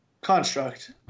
construct